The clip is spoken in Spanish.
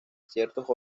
ciertos